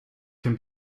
can